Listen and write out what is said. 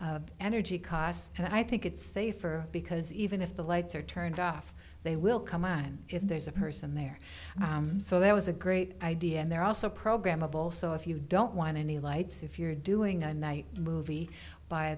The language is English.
of energy costs and i think it's safer because even if the lights are turned off they will come on if there's a person there so there was a great idea and they're also programmable so if you don't want any lights if you're doing a night movie by